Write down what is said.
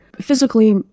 physically